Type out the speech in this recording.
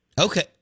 Okay